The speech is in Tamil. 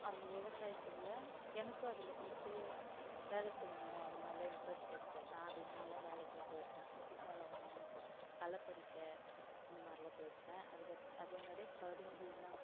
அந்த விவசாயத்தில் எனக்கும் அதில் போயிட்டு வேலை செய்யணும் அதுமாரிலாம் இன்ட்ரஸ்ட் இருக்குது நான் அதிகமாகலாம் வேலைக்கெல்லாம் போயிருக்கேன் முத்துசால ஊன களைப்பறிக்க இந்தமாரிலாம் போயிருக்கேன் அதுக்கப் அதேமாதிரி கரும்புலாம்